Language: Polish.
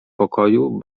pokoju